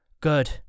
Good